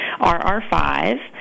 RR5